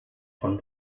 von